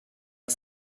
que